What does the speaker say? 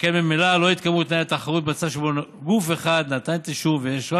שכן ממילא לא יתקיימו תנאי תחרות במצב שבו גוף אחד נתן את האישור ויש רק